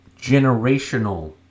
generational